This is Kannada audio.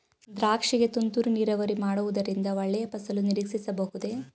ದ್ರಾಕ್ಷಿ ಗೆ ತುಂತುರು ನೀರಾವರಿ ಮಾಡುವುದರಿಂದ ಒಳ್ಳೆಯ ಫಸಲು ನಿರೀಕ್ಷಿಸಬಹುದೇ?